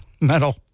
metal